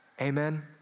Amen